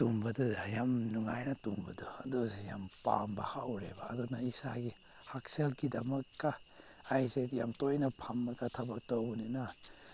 ꯇꯨꯝꯕꯗ ꯌꯥꯝ ꯅꯨꯡꯉꯥꯏꯅ ꯇꯨꯝꯕꯗꯣ ꯑꯗꯨꯁꯨ ꯌꯥꯝ ꯄꯥꯝꯕ ꯍꯧꯔꯦꯕ ꯑꯗꯨꯅ ꯏꯁꯥꯒꯤ ꯍꯛꯁꯦꯜꯒꯤꯗꯃꯛꯀ ꯑꯩꯁꯦ ꯌꯥꯝ ꯇꯣꯏꯅ ꯐꯝꯃꯒ ꯊꯕꯛ ꯇꯧꯕꯅꯤꯅ